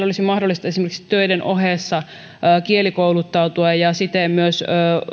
olisi mahdollista esimerkiksi töiden ohessa kielikouluttautua ja siten myös